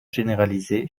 généralisé